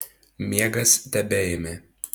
miegas tebeėmė